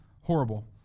horrible